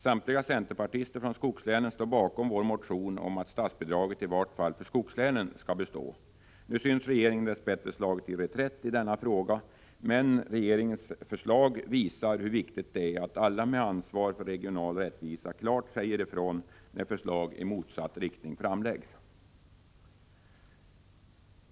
Samtliga centerpartister från skogslänen står bakom en motion, där vi kräver att statsbidraget i varje fall för skogslänen skall bestå. Nu synes regeringen, dess bättre, ha slagit till reträtt i denna fråga. Men regeringens förslag visar hur viktigt det är att alla som har ett ansvar för regional rättvisa klart säger ifrån när förslag i motsatt riktning framläggs.